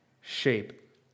shape